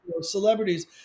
celebrities